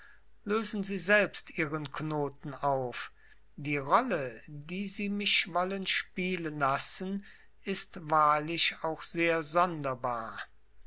lösen sie selbst ihren knoten auf die rolle die sie mich wollen spielen lassen ist wahrlich auch sehr sonderbar